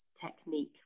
technique